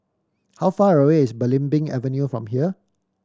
how far away is Belimbing Avenue from here